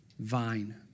vine